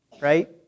Right